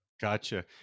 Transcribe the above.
Gotcha